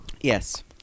Yes